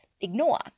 ignore